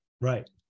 Right